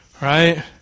Right